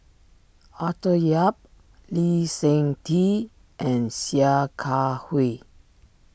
Arthur Yap Lee Seng Tee and Sia Kah Hui